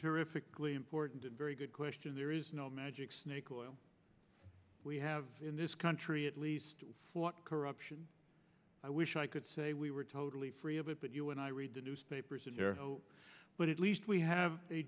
terrifically important and very good question there is no magic snake oil we have in this country at least fought corruption i wish i could say we were totally free of it but you and i read the newspapers but at least we have a